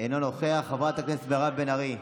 אינו נוכח, חברת הכנסת מירב בן ארי,